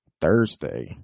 Thursday